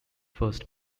first